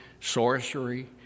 sorcery